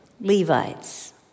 Levites